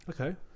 Okay